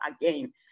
again